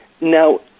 Now